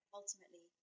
ultimately